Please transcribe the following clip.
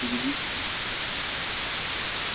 પછી બીજી